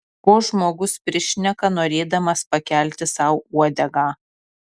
ko žmogus prišneka norėdamas pakelti sau uodegą